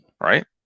Right